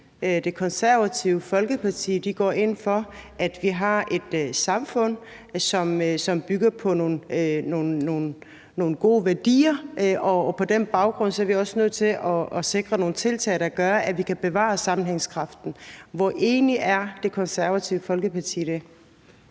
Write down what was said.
Det Konservative Folkeparti går ind for, at vi har et samfund, som bygger på nogle gode værdier, og at vi på den baggrund også er nødt til at sikre nogle tiltag, der gør, at vi kan bevare sammenhængskraften. Hvor enig er Det Konservative Folkeparti